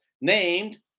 named